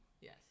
Yes